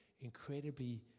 incredibly